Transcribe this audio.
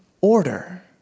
order